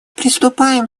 приступаем